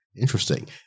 Interesting